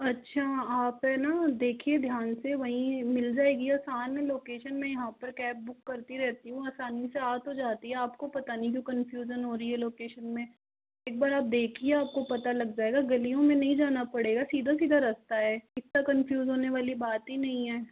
अच्छा आप है न देखिए ध्यान से वहीं मिल जाएगी आसान है लोकेशन मैं यहाँ पर कैब बुक रहती हूँ आसानी से आ तो जाती है आपको पता नहीं क्यों कन्फ़्यूजन हो रही है लोकेशन में एक बार आप देखिए आपको पता लग जाएगा गलियों में नहीं जाना पड़ेगा सीधा सीधा रास्ता है इतना कन्फ्यूज़ होने वाली बात ही नहीं है